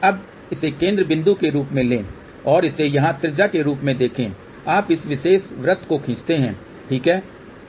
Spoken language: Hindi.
अब इसे केंद्र बिंदु के रूप में लें और इसे यहां त्रिज्या के रूप में देखें आप इस विशेष वृत्त को खींचते हैं ठीक है